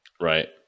Right